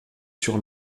sur